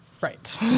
right